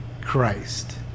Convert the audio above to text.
Christ